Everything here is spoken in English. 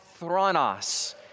thronos